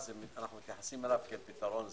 אנו מתייחסים אליו כפתרון זמני.